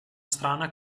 strana